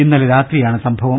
ഇന്നലെ രാത്രിയാണ് സംഭവം